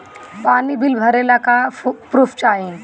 पानी बिल भरे ला का पुर्फ चाई?